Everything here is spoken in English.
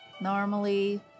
normally